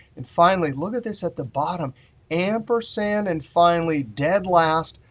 and finally, look at this at the bottom ampersand and finally, dead last,